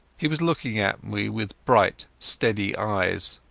he was looking at me with bright steady eyes.